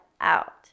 out